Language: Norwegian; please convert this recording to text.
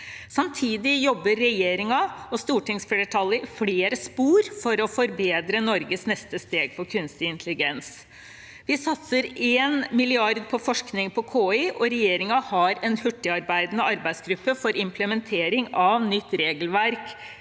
Samtidig jobber regjeringen og stortingsflertallet i flere spor for å forbedre Norges neste steg for kunstig intelligens. Vi satser 1 mrd. kr på KI-forskning. Regjeringen har en hurtigarbeidende arbeidsgruppe for implementering av nytt KI-regelverk